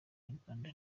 nyarwanda